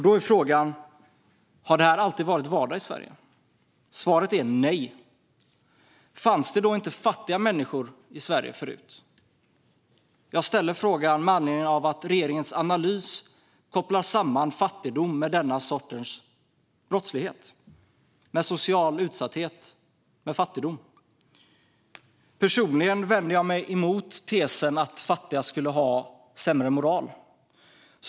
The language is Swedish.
Då är frågan: Har det här alltid varit vardag i Sverige? Svaret är nej. Fanns det inte fattiga människor i Sverige förut? Jag ställer frågan med anledning av att regeringens analys kopplar samman fattigdom och social utsatthet med denna sorts brottslighet. Personligen vänder jag mig emot tesen att fattiga skulle ha sämre moral.